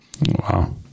Wow